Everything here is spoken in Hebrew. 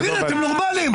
אתם נורמליים?